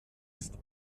ist